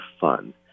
fun